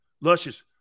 Luscious